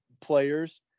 players